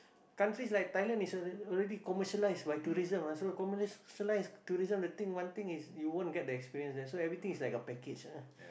countries like Thailand is alre~ already commercialize by tourism ah so commercialize tourism the thing one thing is you won't get the experience that's why everything is like a package ah